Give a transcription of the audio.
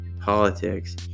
politics